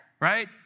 right